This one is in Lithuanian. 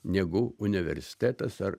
negu universitetas ar